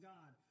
God